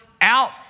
out